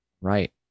Right